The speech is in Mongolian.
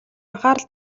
анхаарал